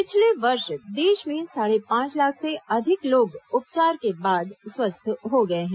पिछले वर्ष देश में साढे पांच लाख से अधिक लोग उपचार के बाद स्वस्थ हो गए हैं